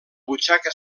butxaca